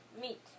Meat